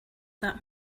that